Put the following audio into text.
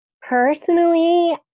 Personally